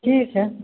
ठीक हय